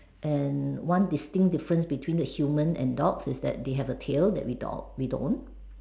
and one distinct difference between the human and dog is that they have a tail that we do~ we don't